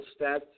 stats